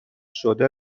شده